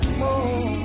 more